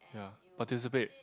ya participate